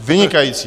Vynikající.